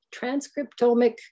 transcriptomic